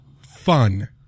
fun